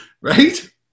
right